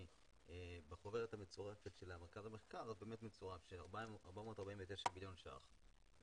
כי בחוברת המצורפת של המרכז למחקר מצוין ש-449 מיליון ₪